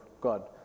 God